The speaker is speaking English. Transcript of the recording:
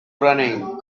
running